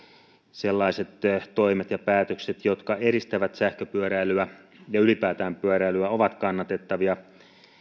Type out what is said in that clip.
sellaiset toimet ja päätökset jotka edistävät sähköpyöräilyä ja ylipäätään pyöräilyä ovat kannatettavia